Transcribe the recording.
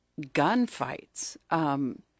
gunfights